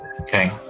Okay